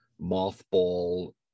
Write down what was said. mothball